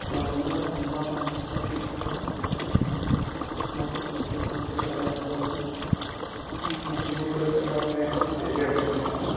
అలా ఉండడం వల్ల మా తమ్ముడికి చాలా బెనిఫిట్గా ఉండింది మాకు కొంచం ఇబ్బందికరంగా అలాగా ఉండినా మా తమ్ముడితో చాలా స్నేహంగా తిరిగే వాళ్ళము